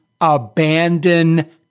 abandon